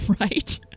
right